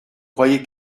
croyez